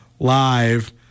live